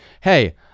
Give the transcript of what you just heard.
Hey